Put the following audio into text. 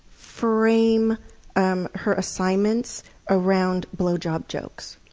frame um her assignments around blowjob jokes.